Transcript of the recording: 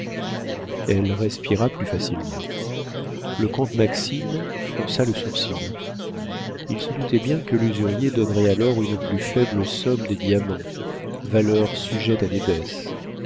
elle respira plus facilement le comte maxime fronça le sourcil il se doutait bien que l'usurier donnerait alors une plus faible somme des diamants valeur sujette à